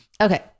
Okay